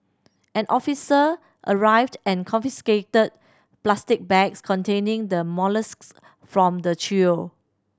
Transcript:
an officer arrived and confiscated plastic bags containing the molluscs from the trio